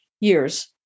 years